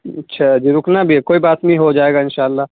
اچھا جی رکنا بھی ہے کوئی بات نہیں ہو جائے گا انشاء اللہ